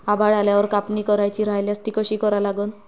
आभाळ आल्यावर कापनी करायची राह्यल्यास ती कशी करा लागन?